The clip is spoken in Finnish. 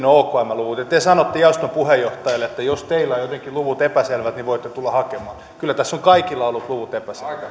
okmn luvut ja te sanotte jaoston puheenjohtajalle että jos ovat jotenkin luvut epäselvät niin voitte tulla hakemaan kyllä tässä ovat kaikilla olleet luvut